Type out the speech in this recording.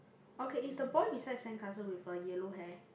okay is the boy beside sandcastle with a yellow hair